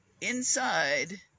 inside